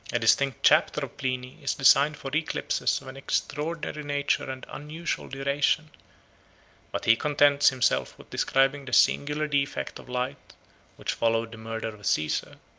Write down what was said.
a distinct chapter of pliny is designed for eclipses of an extraordinary nature and unusual duration but he contents himself with describing the singular defect of light which followed the murder of caesar,